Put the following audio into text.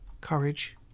courage